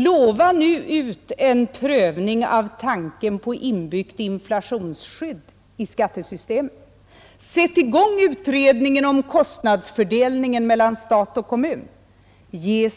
Lova nu ut en prövning av tanken på inbyggt inflationsskydd i skattesystemet! Sätt i gång utredningen om kostnadsfördelningen mellan stat och kommun! Ge